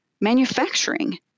manufacturing